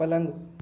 पलंग